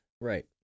right